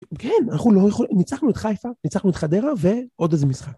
כן, אנחנו ניצחנו את חיפה, ניצחנו את חדרה ועוד איזה משחק.